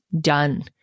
done